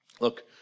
look